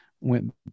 went